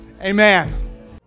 amen